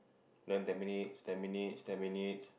then ten minutes ten minutes ten minutes